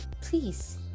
please